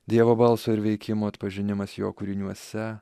dievo balso ir veikimo atpažinimas jo kūriniuose